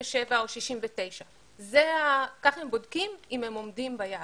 או 1.67% או 1.69%. ככה הם בודקים אם הם עומדים ביעד,